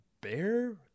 bear